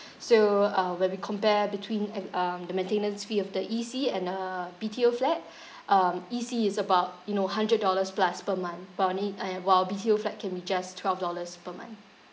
so uh when we compare between and um the maintenance fee of the E_C and a B_T_O flat um E_C is about you know hundred dollars plus per month but only uh while B_T_O flat can be just twelve dollars per month